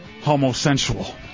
homosexual